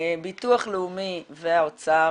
ביטוח לאומי והאוצר